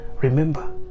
Remember